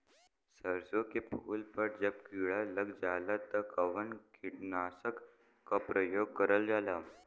सरसो के फूल पर जब किड़ा लग जाला त कवन कीटनाशक क प्रयोग करल जाला?